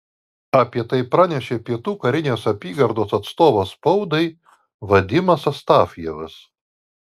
apie tai pranešė pietų karinės apygardos atstovas spaudai vadimas astafjevas